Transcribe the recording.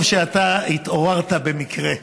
טוב שאתה התעוררת במקרה,